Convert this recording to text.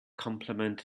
complement